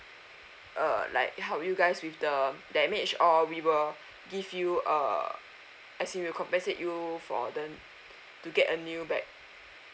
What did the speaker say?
like help you guys with the damage or we will give you uh as we will compensate you for the to get a new bag